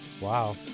Wow